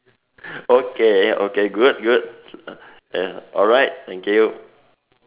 okay okay good good uh alright thank you